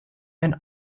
and